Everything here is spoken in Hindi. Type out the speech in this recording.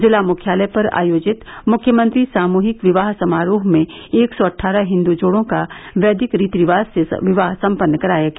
जिला मुख्यालय पर आयोजित मुख्यमंत्री सामुहिक विवाह समारोह में एक सौ अट्ठारह हिन्दू जोड़ो का वैदिक रीति रिवाज से विवाह सम्पन्न कराया गया